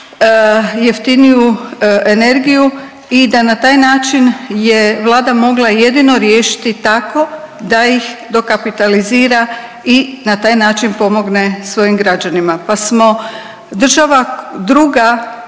jeftiniju energiju i da na taj način je Vlada mogla jedino riješiti tako da ih dokapitalizira i na taj način pomogne svojim građanima pa smo država druga